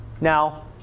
Now